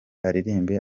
aririmbe